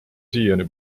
siiani